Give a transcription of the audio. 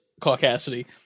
caucasity